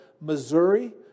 Missouri